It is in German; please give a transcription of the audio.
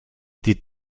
die